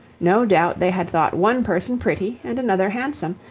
no doubt they had thought one person pretty and another handsome,